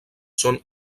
són